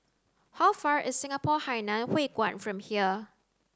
how far is Singapore Hainan Hwee Kuan from here